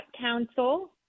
council